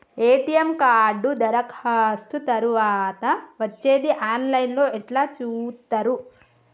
ATM card దరఖాస్తు తరువాత వచ్చేది ఆన్ లైన్ లో ఎట్ల చూత్తరు?